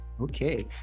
Okay